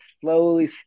slowly